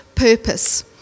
Purpose